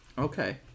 Okay